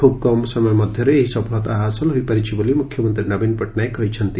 ଖୁବ୍ କମ୍ ସମୟ ମଧ୍ଧରେ ଏହି ସଫଳତା ହାସଲ ହୋଇପାରିଛି ବୋଲି ମୁଖ୍ୟମନ୍ତୀ ନବୀନ ପଟ୍ଟନାୟକ କହିଛନ୍ତି